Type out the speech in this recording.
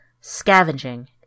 Scavenging